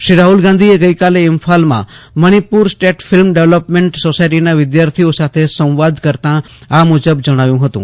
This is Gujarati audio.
શ્રી રાહુલ ગાંધી આજે ઇમ્ફાલમાં મક્ષિપુર સ્ટેટ ફિલ્મ ડેવલપમેન્ટ સોસાયટીના વિદ્યાર્થીઓ સાથે સંવાદ કરતા આ મુજબ જજ્જાવ્યું હતું